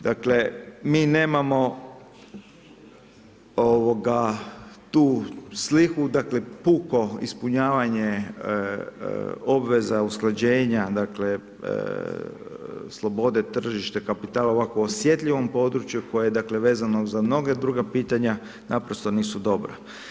Dakle mi nemamo tu sliku, dakle puko ispunjavanje obveza usklađenja dakle slobode tržišta kapitala o ovako osjetljivom području koje je dakle vezano za mnoga druga pitanja, naprosto nisu dobra.